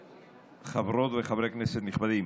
חברות וחברי כנסת נכבדים,